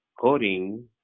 coding